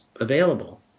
available